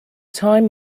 time